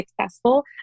successful